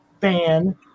fan